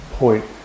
point